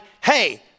hey